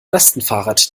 lastenfahrrad